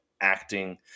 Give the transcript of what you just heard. acting